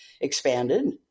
expanded